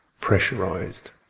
pressurized